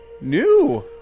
new